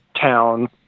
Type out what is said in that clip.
town